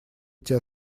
эти